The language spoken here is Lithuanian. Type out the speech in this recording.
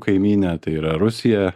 kaimynę tai yra rusiją